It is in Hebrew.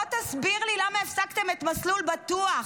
בוא תסביר לי: למה הפסקתם את מסלול בטוח?